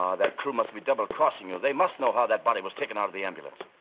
ah that crew must be double-crossing you. they must know how that body was taken out of the ambulance.